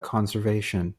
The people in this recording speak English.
conservation